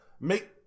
make